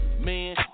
Man